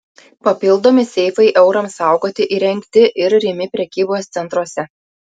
papildomi seifai eurams saugoti įrengti ir rimi prekybos centruose